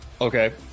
Okay